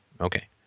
Okay